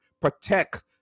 protect